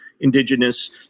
indigenous